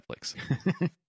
Netflix